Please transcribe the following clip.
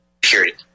Period